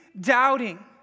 doubting